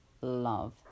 Love